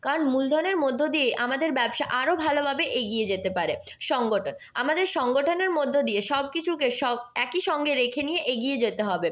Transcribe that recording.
কারণ মূলধনের মধ্য দিয়েই আমাদের ব্যবসা আরো ভালোভাবে এগিয়ে যেতে পারে সংগঠন আমাদের সংগঠনের মধ্য দিয়ে সব কিছুকে সব একই সঙ্গে রেখে নিয়ে এগিয়ে যেতে হবে